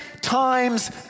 times